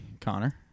connor